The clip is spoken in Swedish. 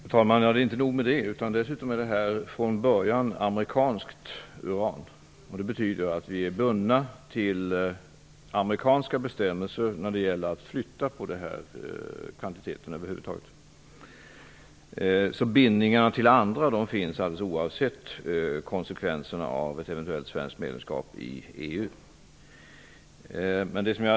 Fru talman! Det är inte nog med det! Från början är detta använda kärnbränsle amerikanskt uran. Det betyder att Sverige är bundet till amerikanska bestämmelser när det gäller att flytta ifrågavarande kvantitet. Bindningar till andra stater finns oavsett konsekvenserna av ett eventuellt svenskt medlemskap i EU.